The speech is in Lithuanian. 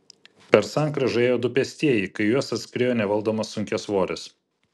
per sankryžą ėjo du pėstieji kai į juos atskriejo nevaldomas sunkiasvoris